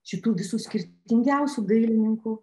šitų visų skirtingiausių dailininkų